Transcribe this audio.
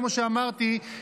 כמו שאמרתי,